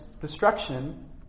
destruction